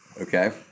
Okay